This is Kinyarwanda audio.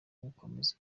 gukomeza